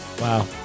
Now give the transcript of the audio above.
wow